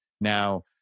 Now